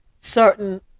certain